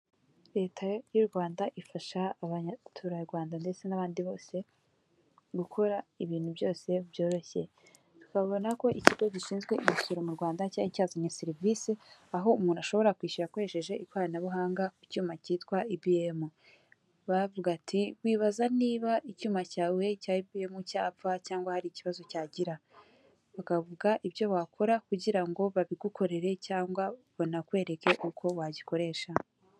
Leta y'u Uwanda ifasha Abaturarwanda ndetse n'abandi bose gukora ibintu byose byoroshye babona ko ikigo gishinzwe imisoro mu Rwanda cyari cyazanye serivisi aho umuntu ashobora kwishyura akoresheje ikoranabuhanga icyuma cyitwa ibiyemu bavuga bati wibaza niba icyuma cyawe cya ibiyemu cyapfa cyangwa hari ikibazo cyagira bakavuga ibyo wakora kugira ngo babigukorere cyangwa banakwereke uko wagikoresha.